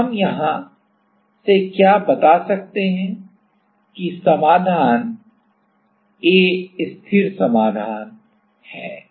तो हम यहां से क्या बता सकते हैं कि समाधान A स्थिर समाधान स्थिर समाधान है